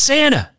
Santa